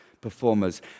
performers